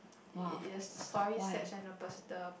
it it the story sets when the pers~ the